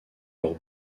leurs